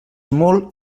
molt